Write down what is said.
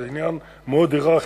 זה עניין מאוד הייררכי,